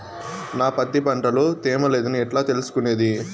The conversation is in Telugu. నా పత్తి పంట లో తేమ లేదని ఎట్లా తెలుసుకునేది?